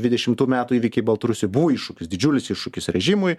dvidešimtų metų įvykiai baltarusijoj buvo iššūkis didžiulis iššūkis režimui